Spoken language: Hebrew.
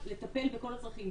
לטפל בכל הצרכים.